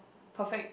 perfect